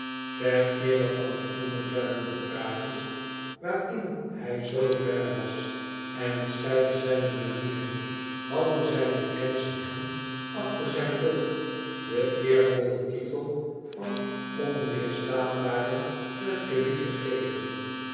ter eere van die onbeduidende praatjes waarin hij zoo ver was en het stijve zijner manieren hadden zijne kennissen hem achter zijn rug den eervollen titel van onweerstaanbaren fledgeby gegeven